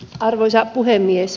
arvoisa puhemies